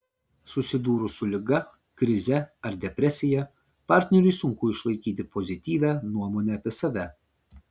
susidūrus su liga krize ar depresija partneriui sunku išlaikyti pozityvią nuomonę apie save